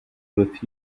with